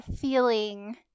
feeling